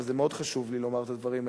אבל זה מאוד חשוב לי לומר את הדברים האלה: